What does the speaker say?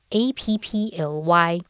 apply